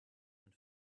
and